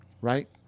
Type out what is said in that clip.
Right